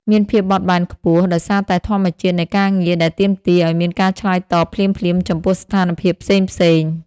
មានភាពបត់បែនខ្ពស់ ដោយសារតែធម្មជាតិនៃការងារដែលទាមទារឱ្យមានការឆ្លើយតបភ្លាមៗចំពោះស្ថានភាពផ្សេងៗ។